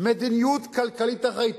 מדיניות כלכלית אחראית.